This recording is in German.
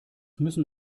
müssen